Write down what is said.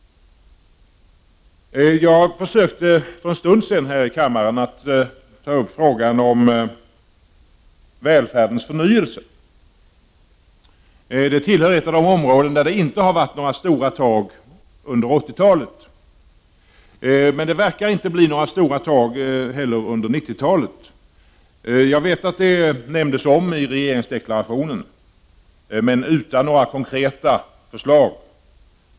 För en stund sedan försökte jag här i kammaren att ta upp frågan om välfärdens förnyelse. Detta är ett av de områden där det inte har blivit några stora tag under 1980-talet. Det verkar heller inte bli några stora tag under 1990-talet. Det nämndes visserligen i regeringsdeklarationen, men det fanns inga konkreta förslag.